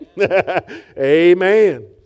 Amen